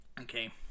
Okay